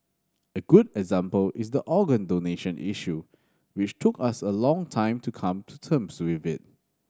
a good example is the organ donation issue which took us a long time to come to terms with